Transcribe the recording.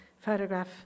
photograph